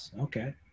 okay